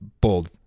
bold